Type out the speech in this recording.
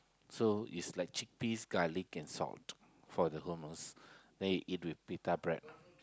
so is like chickpeas garlic and salt for the hummus then you eat with pita bread